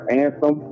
anthem